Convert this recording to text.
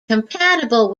compatible